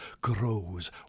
Grows